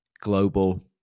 global